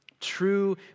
true